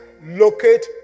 locate